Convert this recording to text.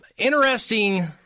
interesting